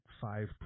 five